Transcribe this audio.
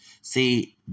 See